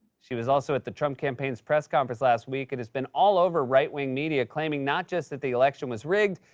she was also at the trump campaign's press conference last week and has been all over right-ring media claiming not just that the election was rigged,